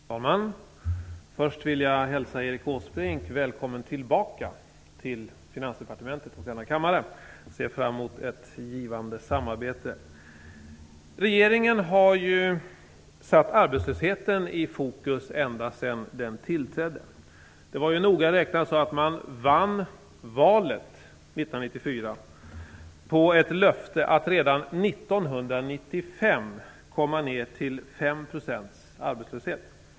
Fru talman! Först vill jag hälsa Erik Åsbrink välkommen tillbaka till Finansdepartementet och till denna kammare. Jag ser fram emot ett givande samarbete. Regeringen har satt arbetslösheten i fokus ända sedan den tillträdde. Man vann ju noga räknat valet 1994 på ett löfte om att redan 1995 komma ned till en arbetslöshet på 5 %.